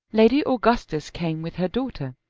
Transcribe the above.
lady augustus came with her daughter.